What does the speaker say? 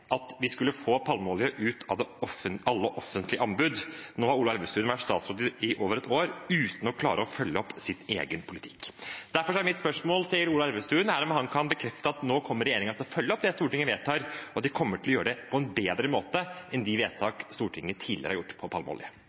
at vi skulle få palmeolje ut av alle offentlige anbud. Nå har Ola Elvestuen vært statsråd i over ett år uten å klare å følge opp sin egen politikk. Derfor er mitt spørsmål til Ola Elvestuen: Kan han bekrefte at regjeringen nå kommer til å følge opp det Stortinget vedtar, og at de kommer til å gjøre det på en bedre måte enn de vedtak Stortinget tidligere har gjort på palmeolje?